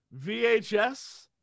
VHS